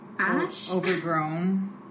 Overgrown